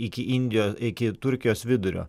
iki indijo iki turkijos vidurio